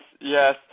yes